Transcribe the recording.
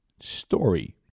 story